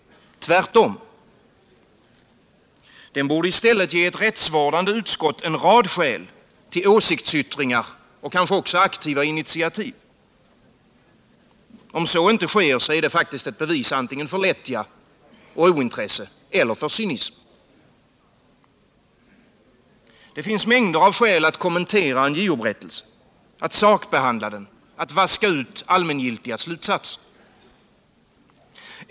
Tvärtom. Den borde i stället ge ett rättsvårdande utskott en rad skäl till åsiktsyttringar och kanske också aktiva initiativ. Om så inte sker är det faktiskt ett bevis antingen för lättja och ointresse eller för cynism. Det finns mängder av skäl att kommentera en JO-berättelse, att sakbehandla den, att vaska ut allmängiltiga slutsatser.